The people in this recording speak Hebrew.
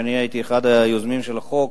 אני הייתי אחד היוזמים של החוק,